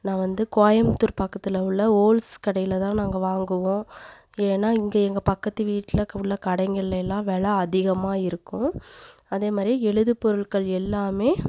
நான் வந்து கோயம்புத்தூர் பக்கத்தில் உள்ள ஓல்ஸ் கடையில்தான் நாங்கள் வாங்குவோம் ஏன்னா இங்கே எங்கள் பக்கத்து வீட்டில் உள்ள கடைங்களில் எல்லாம் வெலை அதிகமாக இருக்கும் அதே மாதிரி எழுது பொருள்கள் எல்லாமே